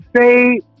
say